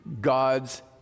God's